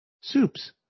Soups